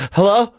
Hello